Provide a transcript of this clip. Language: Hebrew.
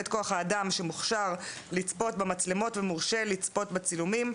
כוח-האדם שמוכשר לצפות במצלמות ומורשה לצפות בצילומים.